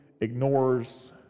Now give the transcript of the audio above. ignores